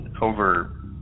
over